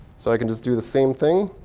so i can just do the same thing.